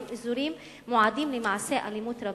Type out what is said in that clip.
הם אזורים מועדים למעשי אלימות רבים.